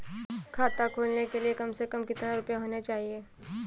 खाता खोलने के लिए कम से कम कितना रूपए होने चाहिए?